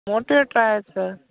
motivate राहायचं